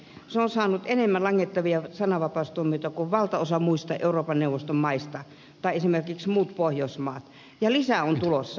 se on saanut enemmän langettavia sananvapaustuomioita kuin valtaosa muista euroopan neuvoston maista tai esimerkiksi muut pohjoismaat ja lisää on tulossa